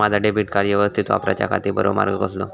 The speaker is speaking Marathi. माजा डेबिट कार्ड यवस्तीत वापराच्याखाती बरो मार्ग कसलो?